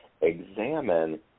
examine